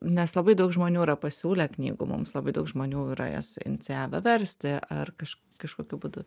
nes labai daug žmonių yra pasiūlę knygų mums labai daug žmonių yra jas inicijavę versti ar kaž kažkokiu būdu